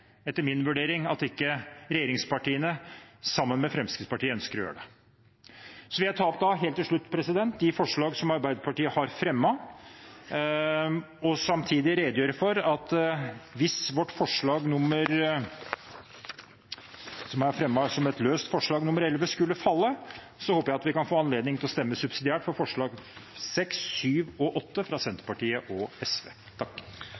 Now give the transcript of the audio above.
etter min vurdering, at ikke regjeringspartiene sammen med Fremskrittspartiet ønsker å gjøre det. Helt til slutt vil jeg ta opp de forslag som Arbeiderpartiet står inne i som ikke alt er tatt opp, og samtidig redegjøre for at hvis vårt forslag nr. 11, som er fremmet som et løst forslag, skulle falle, håper jeg at vi kan få anledning til å stemme subsidiært for forslagene nr. 6, 7 og 8, fra